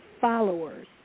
followers